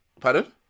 Pardon